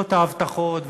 למרות ההבטחות,